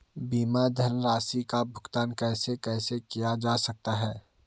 बीमा धनराशि का भुगतान कैसे कैसे किया जा सकता है?